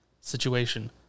situation